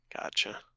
Gotcha